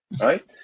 right